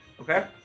Okay